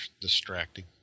distracting